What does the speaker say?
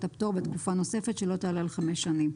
הפטור בתקופה נוספת שלא תעלה על 5 שנים.